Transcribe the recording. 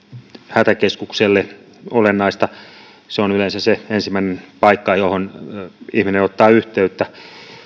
hätäkeskukselle olennaista se on yleensä se ensimmäinen paikka johon ihminen ottaa yhteyttä